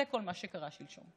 זה כל מה שקרה שלשום.